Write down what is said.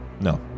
No